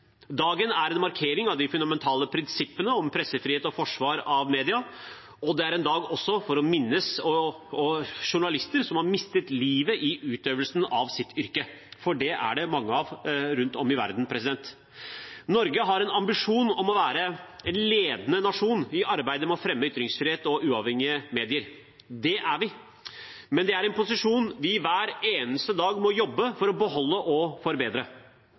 Dagen er en markering av de fundamentale prinsippene om pressefrihet og forsvar av media. Det er også en dag for å minnes journalister som har mistet livet i utøvelsen av sitt yrke, for det er det mange av rundt om i verden. Norge har en ambisjon om være en ledende nasjon i arbeidet med å fremme ytringsfrihet og uavhengige medier. Det er vi. Men det er en posisjon vi hver eneste dag må jobbe for å beholde og forbedre.